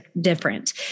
different